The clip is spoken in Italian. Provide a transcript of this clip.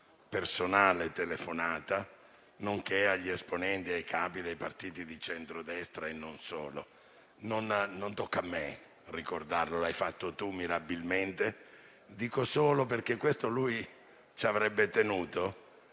personale telefonata, nonché agli esponenti e ai capi dei partiti di centrodestra e non solo. Non tocca a me ricordarlo: l'ha fatto lei mirabilmente. Dico solo, perché a questo avrebbe tenuto,